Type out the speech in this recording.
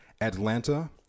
Atlanta